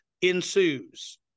ensues